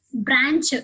branch